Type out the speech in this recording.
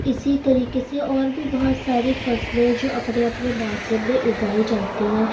اسی طریقے سے اور بھی بہت ساری فصلیں ہیں جو اپنے اپنے موسم میں اگائی جاتی ہے